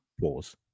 pause